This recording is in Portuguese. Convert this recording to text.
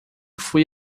fui